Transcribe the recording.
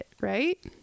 right